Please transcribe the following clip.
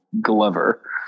Glover